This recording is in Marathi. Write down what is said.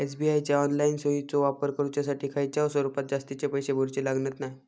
एस.बी.आय च्या ऑनलाईन सोयीचो वापर करुच्यासाठी खयच्याय स्वरूपात जास्तीचे पैशे भरूचे लागणत नाय